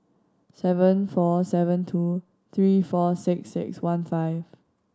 seven four seven two three four six six one five